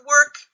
work